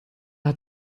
hat